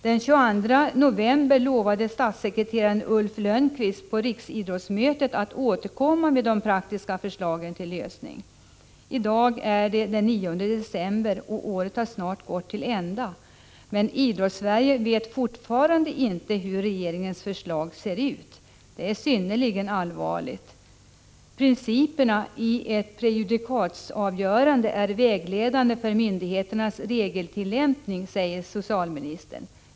Den 22 november lovade statssekreterare Ulf Lönnqvist på riksidrottsmötet att återkomma med praktiska förslag till lösning. I dag har vi den 9 december, och året har snart gått till ända. Idrottssverige vet fortfarande inte hur regeringens förslag ser ut, och det är synnerligen allvarligt. ”Principerna i ett prejudikatavgörande är vägledande för myndigheternas regeltillämpning”, säger socialministern.